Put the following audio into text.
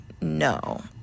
no